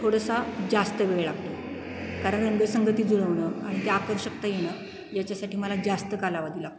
थोडासा जास्त वेळ लागतो कारण रंगसंगती जुळवणं आणि ते आकर्षकता येणं याच्यासाठी मला जास्त कालावधी लागतो